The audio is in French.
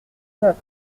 notre